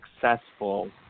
successful